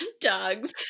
dogs